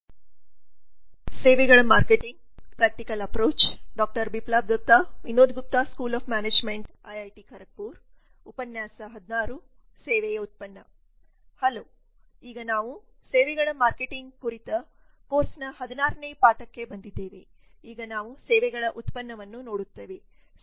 hello ಈಗ ನಾವು ಸೇವೆಗಳ ಮಾರ್ಕೆಟಿಂಗ್ ಕುರಿತ ಕೋರ್ಸ್ನ 16 ನೇ ಪಾಠಕ್ಕೆ ಬಂದಿದ್ದೇವೆ ಈಗ ನಾವು ಸೇವೆಗಳ ಉತ್ಪನ್ನವನ್ನು ನೋಡುತ್ತೇವೆ